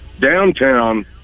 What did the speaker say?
downtown